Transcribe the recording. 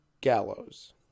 Gallows